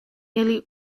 nearly